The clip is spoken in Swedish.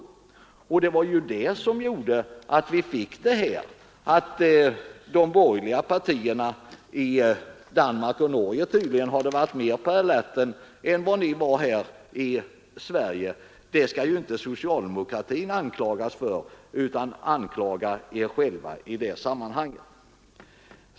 Det var det förhållandet som gjorde att vi fick denna reform genomförd. Att de borgerliga partierna i Danmark och Norge tydligen varit mera på alerten än vad ni var här i Sverige skall inte socialdemokratin anklagas för. Anklaga i stället er själva i detta sammanhang!